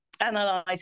analyze